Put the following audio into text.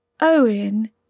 Owen